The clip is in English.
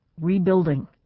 rebuilding